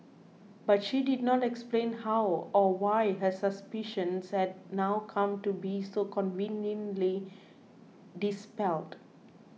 but she did not explain how or why her suspicions had now come to be so conveniently dispelled